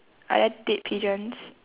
are there dead pigeons